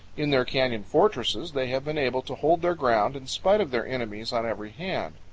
in their canyon fortresses they have been able to hold their ground in spite of their enemies on every hand.